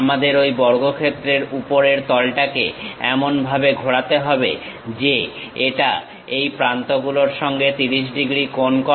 আমাদের ঐ বর্গক্ষেত্রের উপরের তলটাকে এমনভাবে ঘোরাতে হবে যে এটা এই প্রান্তগুলোর সঙ্গে 30 ডিগ্রী কোণ করে